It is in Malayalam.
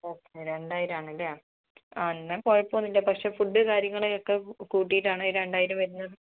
ഓക്കെ രണ്ടായിരമാണല്ലേ ആ എന്നാൽ കുഴപ്പമൊന്നും ഇല്ല പക്ഷേ ഫുഡ് കാര്യങ്ങൾ ഒക്കെ കൂട്ടിയിട്ടാണോ ഈ രണ്ടായിരം വരുന്നത്